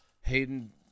Hayden